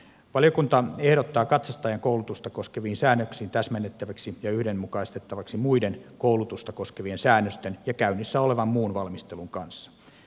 valiokunta ehdottaa katsastajan koulutusta koskevia säännöksiä täsmennettäväksi ja yhdenmukaistettavaksi muiden koulutusta koskevien säännösten ja käynnissä olevan muun valmistelun kanssa